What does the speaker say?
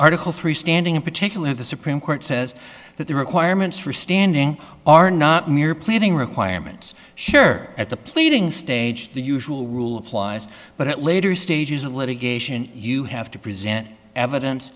article three standing in particular the supreme court says that the requirements for standing are not mere pleading requirements sure at the pleading stage the usual rule applies but later stages of litigation you have to present evidence